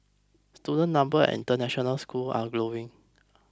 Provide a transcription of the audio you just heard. student numbers at international schools are growing